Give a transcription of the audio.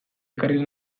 ekarri